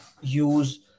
use